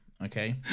okay